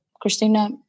Christina